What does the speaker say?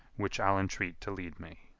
which i'll entreat to lead me.